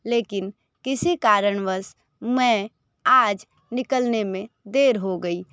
लेकिन किसी कारणवश मैं आज निकलने में देर हो गई